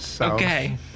Okay